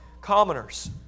commoners